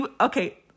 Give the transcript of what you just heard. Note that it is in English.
Okay